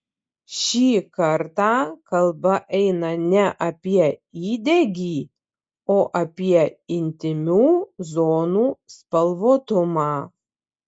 šį kartą kalba eina ne apie įdegį o apie intymių zonų spalvotumą